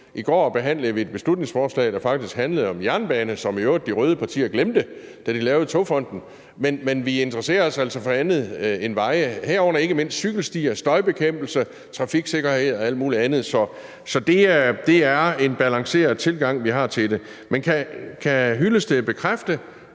i går behandlede vi et beslutningsforslag, der faktisk handlede om en jernbane, som de røde partier i øvrigt glemte, da de lavede Togfonden DK, men vi interesserer os altså for andet end veje, herunder ikke mindst cykelstier, støjbekæmpelse, trafiksikkerhed og alt muligt andet. Så det er en balanceret tilgang, vi har til det. Kan Henning Hyllested bekræfte,